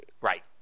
Right